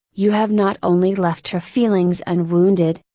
you have not only left her feelings unwounded,